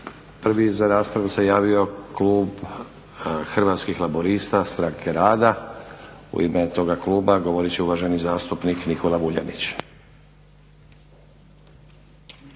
prvi za raspravu se javio Klub Hrvatskih laburista Stranke rada, u ime toga kluba govorit će uvaženi zastupnik Nikola Vuljanić.